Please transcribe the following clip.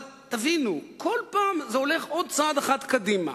אבל תבינו, בכל פעם זה הולך עוד צעד אחד קדימה.